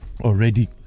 already